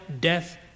death